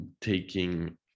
Taking